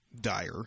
dire